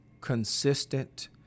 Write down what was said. consistent